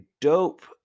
dope